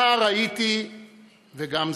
נער הייתי וגם זקנתי,